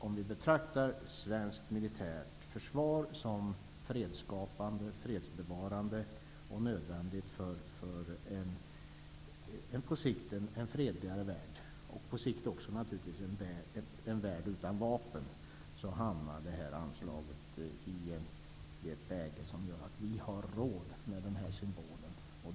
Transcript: Om vi betraktar svenskt militärt försvar som fredsskapande, fredsbevarande och nödvändigt för en på sikt fredligare värld utan vapen, hamnar anslaget i ett läge där vi har råd med denna symbol.